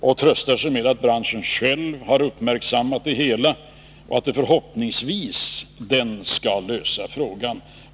Man tröstar sig med att branschen själv har uppmärksammat problemen och att den förhoppningsvis skall lösa dem.